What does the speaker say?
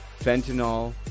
fentanyl